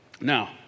Now